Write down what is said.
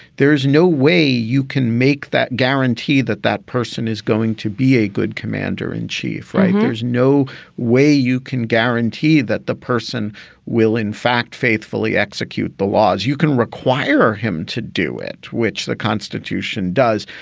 there no way you can make that guarantee that that person is going to be a good commander in chief. right. there's no way you can guarantee that the person will, in fact, faithfully execute the laws. you can require him to do it, which the constitution does.